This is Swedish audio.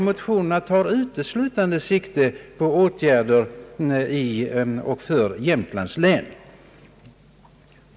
Motionerna tar uteslutande sikte på åtgärder i och för Jämtlands län.